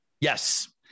Yes